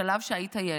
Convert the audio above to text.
בשלב שבו היית ילד.